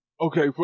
okay